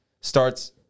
starts